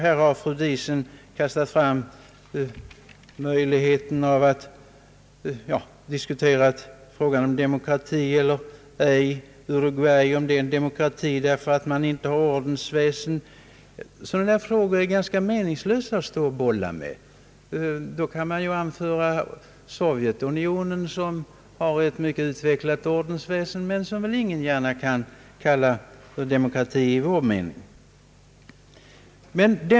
Här har fru Diesen nyss diskuterat frågan om demokrati eller inte demokrati, om t.ex. Uruguay är en demokrati därför att man där inte har ordensväsen. Sådana frågor är det ganska meningslöst att stå och bolla med. Då kan man ju också anföra Sovjetunionen, som har ett mycket väl utvecklat ordensväsen men som ingen gärna kan kalla demokrati i vår mening.